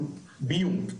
ביום.